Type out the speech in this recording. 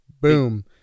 Boom